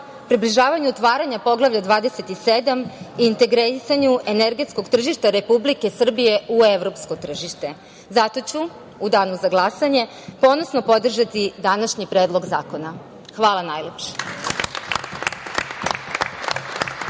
približavanju otvaranja Poglavlja 27 i integrisanju energetskog tržišta Republike Srbije u evropsko tržište. Zato ću u danu za glasanje ponosno podržati današnji Predlog zakona. Hvala najlepše.